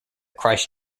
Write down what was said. christ